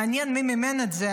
מעניין מי מימן את זה,